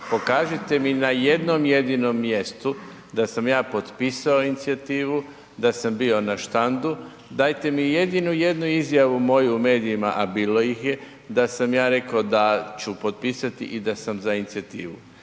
pokažite mi na jednom jedinom mjestu da sam ja potpisao inicijativu, da sam bio na štandu, dajte mi jednu jedinu izjavu moju u medijima, a bilo ih je da sam ja rekao da ću potpisati i da sam za inicijativu.